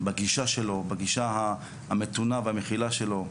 בגישה שלו, בגישה המתונה והמכילה שלו.